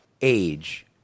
age